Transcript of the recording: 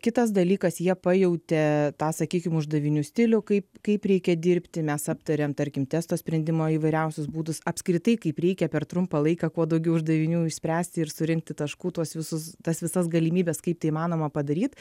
kitas dalykas jie pajautė tą sakykim uždavinių stilių kaip kaip reikia dirbti mes aptarėm tarkim testo sprendimo įvairiausius būdus apskritai kaip reikia per trumpą laiką kuo daugiau uždavinių išspręsti ir surinkti taškų tuos visus tas visas galimybes kaip tai įmanoma padaryt